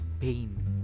pain